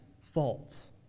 false